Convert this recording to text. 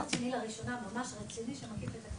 מיפוי רציני שנעשה עכשיו, נקבעה